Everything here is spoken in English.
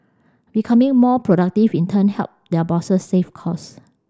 becoming more productive in turn help their bosses save cost